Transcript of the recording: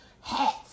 hats